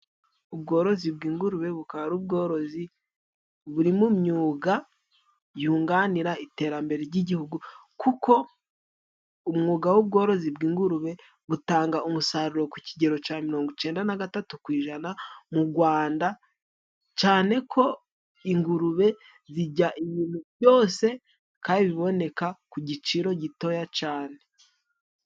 Ubworozi bw'ingurube, bukaba ubworozi buri mu myuga yunganira iterambere ry'igihugu, kuko umwuga w'ubworozi bw'ingurube, butanga umusaruro ku kigero cya mirongo icyenda na gatatu ku ijana, mu Rwanda, cyane kuko ingurube zirya ibintu byose, kandi iboneka ku giciro gitoya cyane.